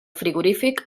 frigorífic